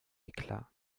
eklat